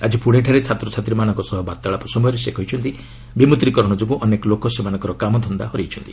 ଆଜି ପ୍ରଶେଠାରେ ଛାତ୍ରଛାତ୍ରୀମାନଙ୍କ ସହ ବାର୍ତ୍ତାଳାପ ସମୟରେ ସେ କହିଛନ୍ତି ବିମ୍ବଦ୍ରୀକରଣ ଯୋଗୁଁ ଅନେକ ଲୋକ ସେମାନଙ୍କର କାମଧନ୍ଦା ହରାଇଛନ୍ତି